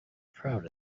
proud